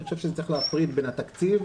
אני חושב שצריך להפריד בין התקציב